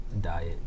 diet